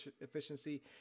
efficiency